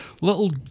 little